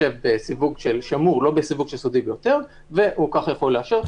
בסיווג של שמור לא של סודי ביותר - וכך יכול לאשר.